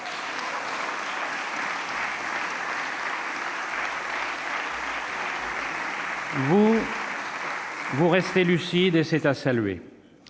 Vous restez lucide, et c'est à saluer.